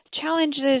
challenges